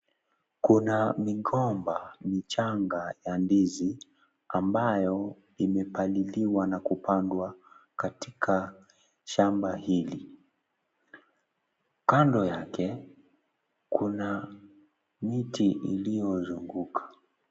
Kuna migomba michanga ya ndizi ambayo imepaliliwa na kupandwa katika shamba hili. Kando yake kuna miti iliyozunguka .